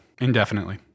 Indefinitely